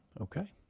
Okay